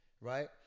right